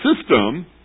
system